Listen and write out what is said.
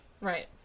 Right